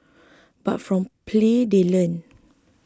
but from play they learn